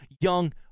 young